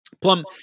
Plum